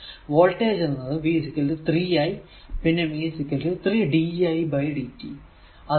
voltage എന്നത് v 3 i പിന്നെ v 3 didt